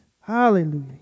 Hallelujah